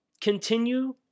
continue